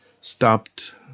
stopped